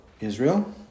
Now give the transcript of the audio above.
Israel